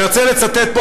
אני רוצה לצטט פה,